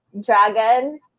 dragon